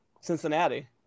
Cincinnati